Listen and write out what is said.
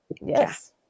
Yes